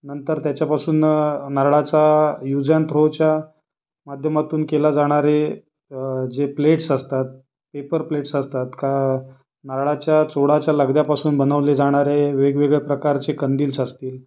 नंतर त्याच्यापासून नारळाच्या यूज अँड थ्रोच्या माध्यमातून केल्या जाणारे जे प्लेट्स असतात पेपर प्लेट्स असतात त्या नारळाच्या खोडाच्या लगद्यापासून बनवले जाणारे वेगवेगळ्या प्रकारचे कंदील्स असतील